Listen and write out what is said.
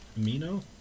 Amino